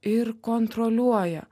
ir kontroliuoja